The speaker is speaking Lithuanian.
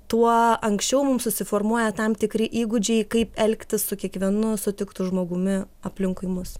tuo anksčiau mums susiformuoja tam tikri įgūdžiai kaip elgtis su kiekvienu sutiktu žmogumi aplinkui mus